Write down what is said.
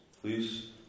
please